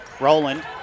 Roland